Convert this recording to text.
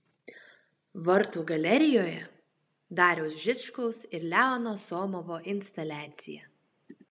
vartų galerijoje dariaus žickaus ir leono somovo instaliacija